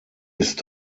ist